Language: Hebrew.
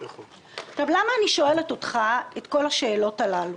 עכשיו, למה אני שואלת אותך את כל השאלות הללו.